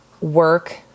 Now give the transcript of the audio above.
work